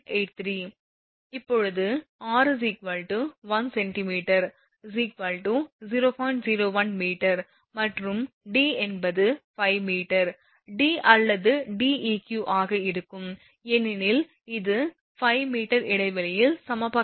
01 m மற்றும் D என்பது 5 mD அல்லது Deq ஆக இருக்கும் ஏனெனில் இது 5 m இடைவெளியில் சமபக்க இடைவெளி